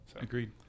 Agreed